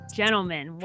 gentlemen